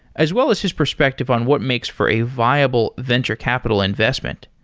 as well as his perspective on what makes for a viable venture capital investment.